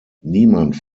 niemand